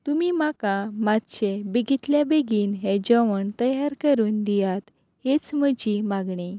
तुमी म्हाका मातशें बेगींतल्या बेगीन हें जेवण तयार करून दियात हीच म्हजी मागणी